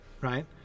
right